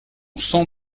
sang